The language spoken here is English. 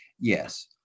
yes